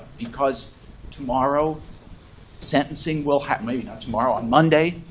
because tomorrow sentencing will happen maybe not tomorrow. on monday,